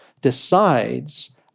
decides